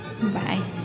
Bye